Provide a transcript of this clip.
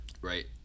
Right